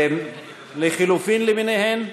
לחלופין למיניהם?